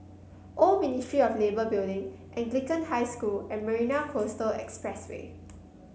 Old Ministry of Labour Building Anglican High School and Marina Coastal Expressway